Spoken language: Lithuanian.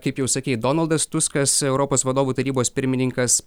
kaip jau sakei donaldas tuskas europos vadovų tarybos pirmininkas